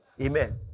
Amen